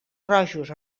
rojos